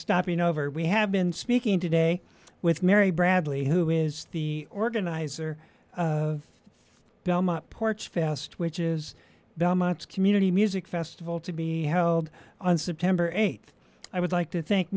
stopping over we have been speaking today with mary bradley who is the organizer of the belmont porch faust which is belmont's community music festival to be held on september th i would like to think